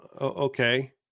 okay